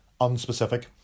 unspecific